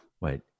Wait